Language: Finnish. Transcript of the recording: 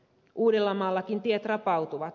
uudellamaallakin tiet rapautuvat